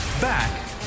Back